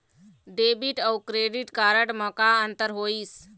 Debit अऊ credit card म का अंतर होइस?